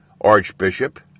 Archbishop